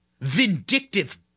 vindictive